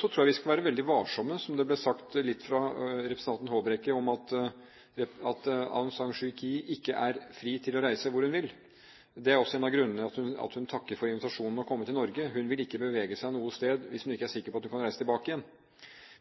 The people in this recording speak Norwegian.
Så tror jeg vi skal være veldig varsomme, med tanke på det som ble sagt litt fra representanten Håbrekke, om at Aung San Suu Kyi ikke er fri til å reise hvor hun vil. Det er også en av grunnene til at hun takker for invitasjonen om å komme til Norge. Hun vil ikke bevege seg noe sted hvis hun ikke er sikker på at hun kan reise tilbake igjen.